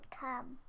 come